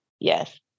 yes